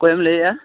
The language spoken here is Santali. ᱚᱠᱚᱭᱮᱢ ᱞᱟ ᱭᱮᱫᱟ